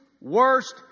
worst